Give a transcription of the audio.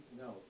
No